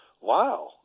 wow